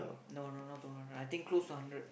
no no no don't want lah I think close one hundred